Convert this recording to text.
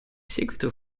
seguito